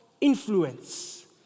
influence